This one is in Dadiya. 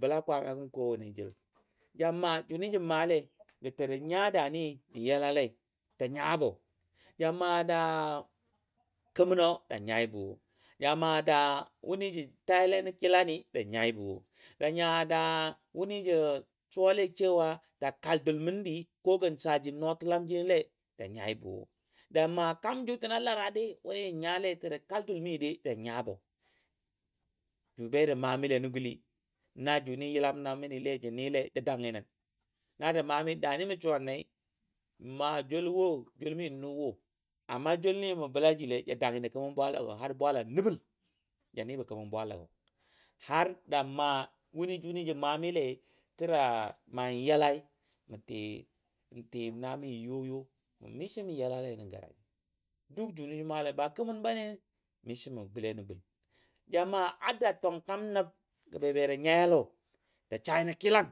Bəla Kwaamagəm kowa ne jəl ja maa juni ja malaisəja nya dani mə yalalei ja nyaboja maa da kɛmə nɔ ja nyaibo ja maa da wuni ja taile kilani. ja nyaibo, ja maa dani kalmi dun ne gən sajim nɔɔli ja nyaibo. ja ma kaa ju alara seji kaldun mi ja nyabo ju baja mani nə nən guli, ju a yila ma mi ja nibo, ja danyi nən. joul mi nu a dago, ju baja mami lai joulo mə bələ dago lai bwalami nəbəl ja ywaibo kɛmən bwala har ja ma juni ja male n yalai n ti nami yoyo mishi mə yala le nən garaje mə juni ji malai ba kɛmən bane mishi mə gʊle nə gul ja ma har da tʊn kaaqm gə baja nyai alɔja sai nə kilan